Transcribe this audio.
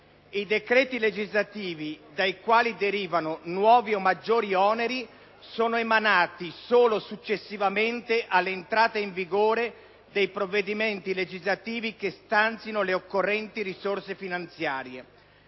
I decreti legislativi dai quali derivano nuovi o maggiori oneri sono emanati solo successivamente all’entrata in vigore dei provvedimenti legislativi che stanzino le occorrenti risorse finanziarie.